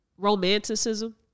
Romanticism